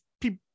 people